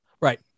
Right